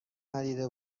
ندیده